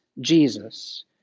jesus